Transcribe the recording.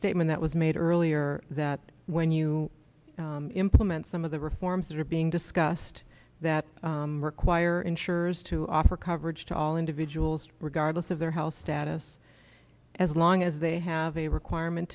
statement that was made earlier that when you implement some of the reforms that are being discussed that require insurers to offer coverage to all individuals regardless of their health status as long as they have a requirement